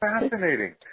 Fascinating